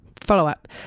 follow-up